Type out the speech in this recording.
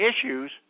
issues